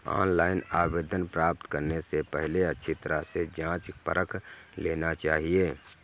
online आवेदन प्राप्त करने से पहले अच्छी तरह से जांच परख लेना चाहिए